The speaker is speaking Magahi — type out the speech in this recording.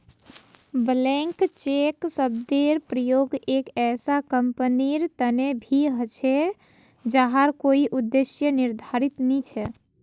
ब्लैंक चेक शब्देर प्रयोग एक ऐसा कंपनीर तने भी ह छे जहार कोई उद्देश्य निर्धारित नी छ